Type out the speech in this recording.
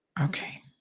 Okay